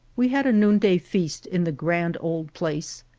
we had a noonday feast in the grand old place.